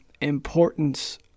importance